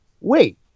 Wait